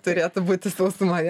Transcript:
turėtų būti sausumoje